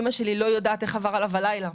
אמא שלי לא יודעת איך עבר עליו הלילה.